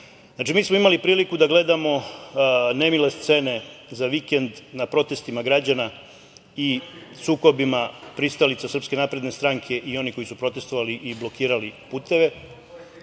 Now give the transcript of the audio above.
mi smo imali priliku da gledamo nemile scene za vikend na protestima građana i sukobima pristalica SNS i onih koji su protestvovali i blokirali puteve